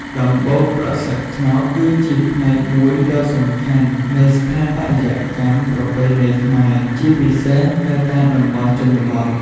ដំបូលប្រក់ស្លឹកត្នោត គឺជាផ្នែកមួយដ៏សំខាន់នៃស្ថាបត្យកម្មប្រពៃណីខ្មែរ ជាពិសេសនៅតាមតំបន់ជនបទ។